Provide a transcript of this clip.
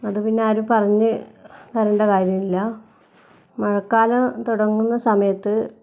അത് പിന്നെ ആരും പറഞ്ഞ് തരേണ്ട കാര്യമില്ല മഴക്കാലം തുടങ്ങുന്ന സമയത്ത്